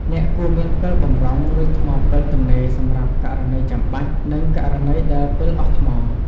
អ្នកគួរមានពិលបម្រុង ឬថ្មពិលទំនេរសម្រាប់ករណីចាំបាច់ និងករណីដែលពិលអស់ថ្ម។